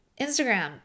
instagram